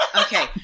Okay